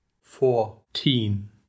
fourteen